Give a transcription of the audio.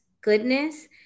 goodness